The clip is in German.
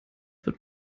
wird